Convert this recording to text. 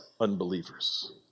unbelievers